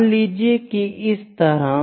मान लीजिए कि इस तरह